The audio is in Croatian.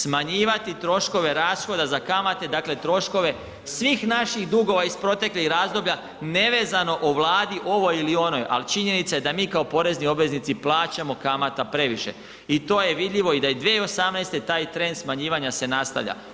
Smanjivati troškove rashoda za kamate, dakle troškove svih naših dugova iz proteklih razdoblja nevezano o Vladi, ovoj ili onoj, ali činjenica je da mi kao porezni obveznici plaćamo kamata previše i to je vidljivo i da je 2018. taj trend smanjivanja se nastavlja.